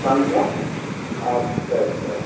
संगम अच्छा अच्छा